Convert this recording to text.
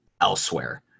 elsewhere